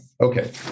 Okay